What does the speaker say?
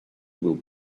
will